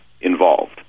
involved